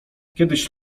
kiedyś